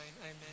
amen